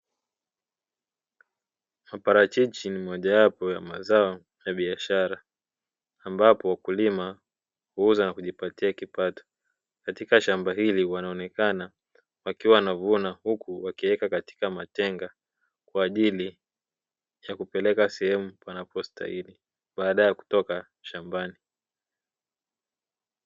Maparachichi ni moja wapo ya mazao ya biashara ambapo wakulima huweza kujipatia kipato, katika shamba hili wanaonekana wakiwa wanavuna huku wakiweka katika matenga, kwa ajili ya kupeleka sehemu panapo stahili baada ya kutoka shambani.